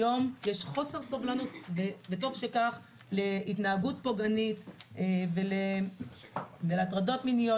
היום יש חוסר סובלנות וטוב שכך להתנהגות פוגענית ולהטרדות מיניות,